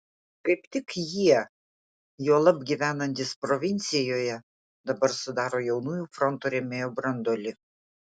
kaip tik jie juolab gyvenantys provincijoje dabar sudaro jaunųjų fronto rėmėjų branduolį